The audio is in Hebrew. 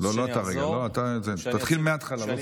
תתחיל מהתחלה.